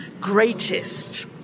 greatest